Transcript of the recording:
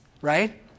right